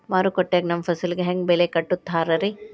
ಮಾರುಕಟ್ಟೆ ಗ ನಮ್ಮ ಫಸಲಿಗೆ ಹೆಂಗ್ ಬೆಲೆ ಕಟ್ಟುತ್ತಾರ ರಿ?